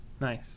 nice